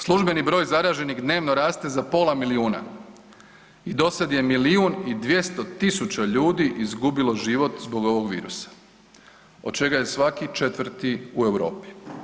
Službeni broj zaraženih dnevno raste za pola milijuna i dosad je milijun i 200 tisuća ljudi izgubilo život zbog ovog virusa od čega je svaki 4 u Europi.